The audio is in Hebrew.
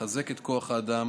לחזק את כוח האדם